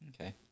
Okay